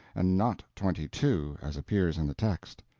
and not twenty-two, as appears in the text.